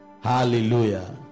Hallelujah